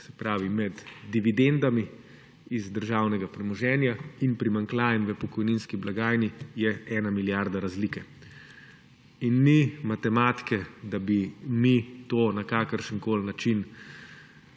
se pravi, med dividendami iz državnega premoženja in primanjkljajem v pokojninski blagajni je 1 milijarda razlike. In ni matematike, da bi mi to na kakršenkoli način